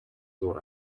зуур